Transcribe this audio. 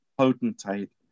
potentate